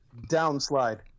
downslide